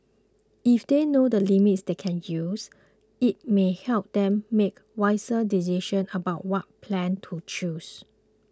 if they know the limits they can use it may help them make wiser decisions about what plan to choose